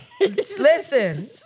Listen